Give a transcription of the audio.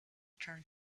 turned